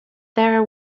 there